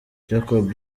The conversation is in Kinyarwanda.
jacob